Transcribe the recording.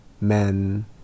men